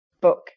book